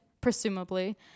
presumably